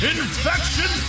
Infection